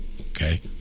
Okay